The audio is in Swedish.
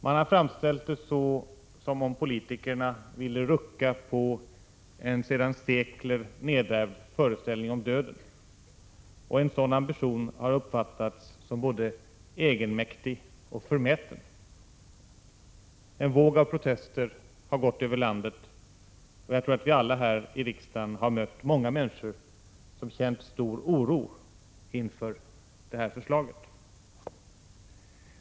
Man har framställt det som om politikerna ville rucka på en sedan sekler nedärvd föreställning om döden, och en sådan ambition har uppfattats som både egenmäktig och förmäten. En våg av protester har gått över landet, och jag tror att vi alla här i riksdagen har mött många människor som känt stor oro inför detta förslag.